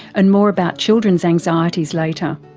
and more about children's anxieties later.